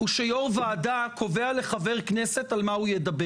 מה שלא מכובד הוא שיו"ר ועדה קובע לחבר כנסת על מה הוא ידבר.